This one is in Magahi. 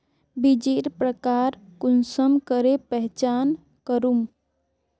बीजेर प्रकार कुंसम करे पहचान करूम?